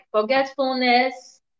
forgetfulness